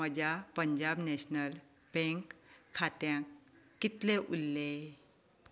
म्हज्या Punjab national bank खात्यांत कितलें उरल्लें